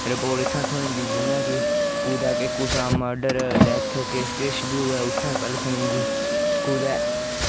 report इत्थुआं थ्होई जंदी जि'यां कि कुतै कि कुसै दा मर्डर डैथ किश बी होऐ उत्थै पैह्लें थ्होई जंदी कुतै